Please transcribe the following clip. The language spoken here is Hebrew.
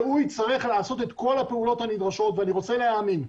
והוא יצטרך לעשות את כל הפעולות הנדרשות ואני רוצה להאמין,